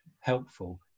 helpful